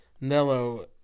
Nello